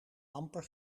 amper